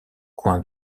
coin